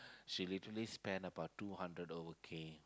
she literally spend about two hundred over K